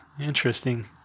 interesting